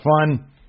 fun